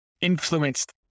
influenced